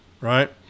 right